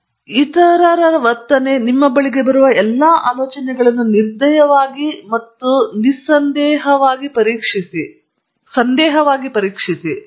ಮತ್ತು ಇತರ ವರ್ತನೆ ನಿಮ್ಮ ಬಳಿಗೆ ಬರುವ ಎಲ್ಲಾ ಆಲೋಚನೆಗಳನ್ನು ನಿರ್ದಯವಾಗಿ ಮತ್ತು ಸಂದೇಹವಾಗಿ ಪರೀಕ್ಷಿಸಿ